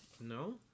no